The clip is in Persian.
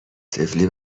طفلی